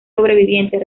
sobrevivientes